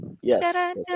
Yes